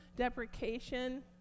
deprecation